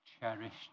cherished